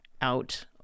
out